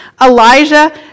Elijah